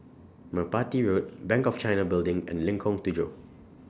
Merpati Road Bank of China Building and Lengkong Tujuh